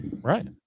Right